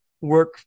work